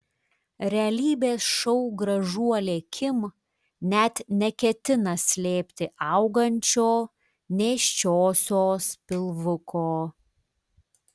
realybės šou gražuolė kim net neketina slėpti augančio nėščiosios pilvuko